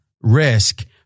risk